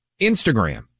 Instagram